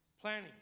Planning